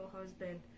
husband